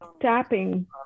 tapping